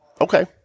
Okay